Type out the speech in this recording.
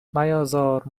میازار